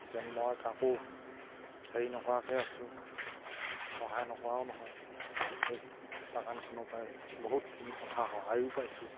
যেন মই কাকো হেৰি নকৰাকে আছোঁ সহায় নকৰাও নহয় এই বাগানখনৰ পৰাই বহুতখিনি কথা সহায়ো পাইছোঁ